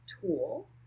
tool